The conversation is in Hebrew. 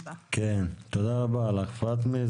תודה רבה, פטמה.